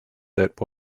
that